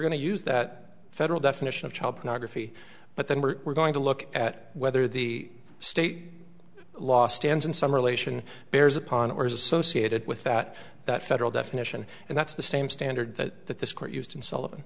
to use that federal definition of child pornography but then we're going to look at whether the state law stands in some relation bears upon or is associated with that that federal definition and that's the same standard that this court used in sul